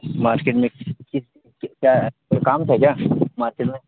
market میں کیا ہے کوئی کام تھا کیا مارکیٹ میں